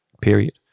period